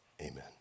Amen